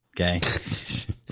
okay